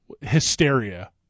hysteria